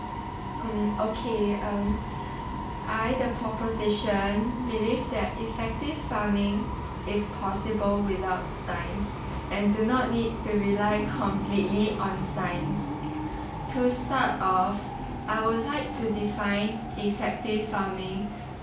um okay um I the proposition believe that effective farming is possible without science and do not need to rely completely on science to start off I would like to define effective farming